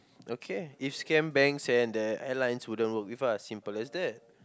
okay if scam banks and the airlines wouldn't work with us simple as that